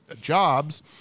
jobs